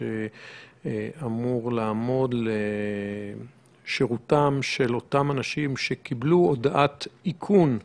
שאמור לעמוד לשירותם של אותם אנשים שקיבלו הודעת איכון,